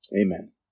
Amen